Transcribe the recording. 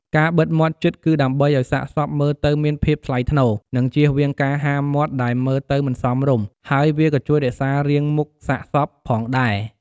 ការបិទមាត់នេះគឺដើម្បីឱ្យសាកសពមើលទៅមានភាពថ្លៃថ្នូរ និងជៀសវាងការហាមាត់ដែលមើលទៅមិនសមរម្យ ហើយវាក៏ជួយរក្សារាងមុខសាកសពផងដែរ។